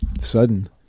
sudden